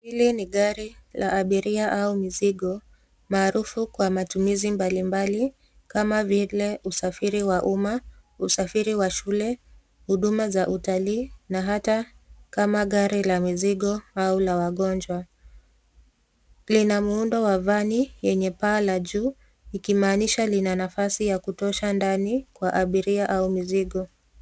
Hili ni gari la abiria au mizigo maarufu kwa matumizi mbalimbali kama vile usafiri wa umma, usafiri wa shule, huduma za utalii na hata kama gari la mizigo au la wagonjwa. Lina muundo wa van lenye paa la juu ikimaanisha lina nafasi ya kutosha ndani kwa abiria au mizigo.